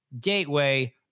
gateway